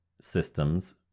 systems